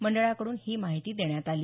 मंडळाकडून ही माहिती देण्यात आली